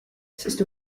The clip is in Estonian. sest